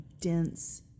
dense